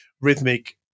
rhythmic